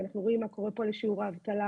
ואנחנו רואים מה קורה לשיעור האבטלה